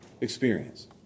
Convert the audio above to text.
experience